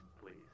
please